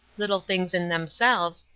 little things in themselves,